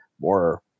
more